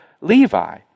Levi